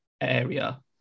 area